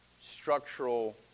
structural